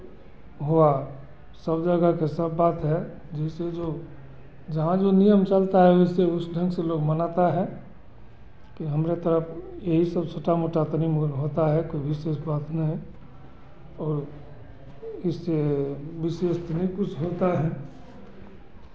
हुआ सब जगह के सब बात हे जैसे जो जहाँ जो नियम चलता है वैसे उस ढंग से लोग मनाता है की हमरे तरफ़ एही सब छोटा मोटा होता हे कोई विशेष बात नहीं है और इससे विशेष तो नहीं कुछ होता है